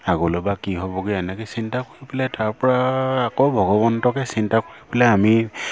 আগলৈ বা কি হ'বগৈ এনেকৈ চিন্তা কৰি পেলাই তাৰপৰা আকৌ ভগৱন্তকে চিন্তা কৰি পেলাই আমি